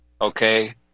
Okay